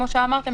כמו שאמרתם,